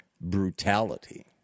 brutality